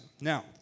Now